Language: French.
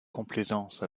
complaisance